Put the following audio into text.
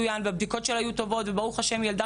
הבדיקות שלה היו טובות וברוך השלם היא ילדה